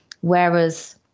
whereas